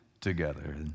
together